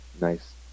nice